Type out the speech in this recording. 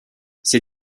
ces